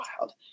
wild